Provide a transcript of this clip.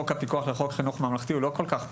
בחוק הפיקוח לחוק חינוך ממלכתי הוא לא כל כך פשוט,